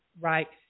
Right